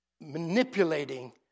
manipulating